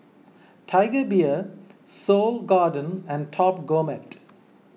Tiger Beer Seoul Garden and Top Gourmet